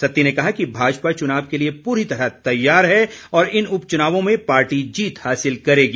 सत्ती ने कहा कि भाजपा चुनाव के लिए पूरी तरह तैयार है और इन उपचुनावों में पार्टी जीत हासिल करेगी